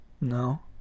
No